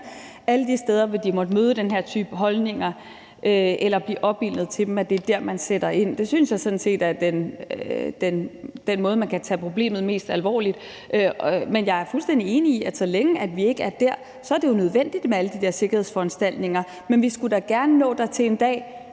alle de steder, hvor de måtte møde den her type holdninger eller blive opildnet til dem – sætter ind dér. Det synes jeg sådan set er den måde, man kan tage problemet mest alvorligt på. Men jeg er fuldstændig enig i, at så længe vi ikke er der, er det jo nødvendigt med alle de der sikkerhedsforanstaltninger, men vi skulle da gerne nå dertil en dag,